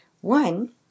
One